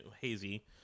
hazy